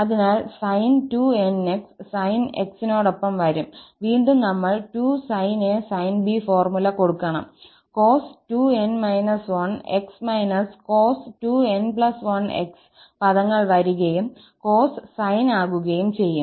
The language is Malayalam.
അതിനാൽ sin2𝑛𝑥 sin𝑥 നോടൊപ്പം വരും വീണ്ടും നമ്മൾ 2sin𝑎sin𝑏 ഫോർമുല കൊടുക്കണം cos2𝑛−1𝑥−cos2𝑛1𝑥 പദങ്ങൾ വരികയും കോസ് സൈൻ ആകുകയും ചെയ്യും